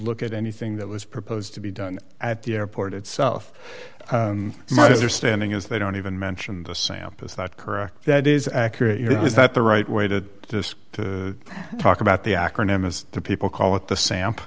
look at anything that was proposed to be done at the airport itself is there standing is they don't even mention the sample is not correct that is accurate is that the right waited just to talk about the acronym is the people call it the samp